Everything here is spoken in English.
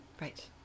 right